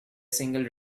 single